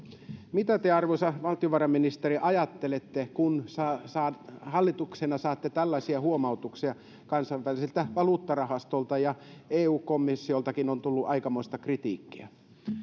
mitä te arvoisa valtiovarainministeri ajattelette kun hallituksena saatte tällaisia huomautuksia kansainväliseltä valuuttarahastolta ja eun komissioltakin on tullut aikamoista kritiikkiä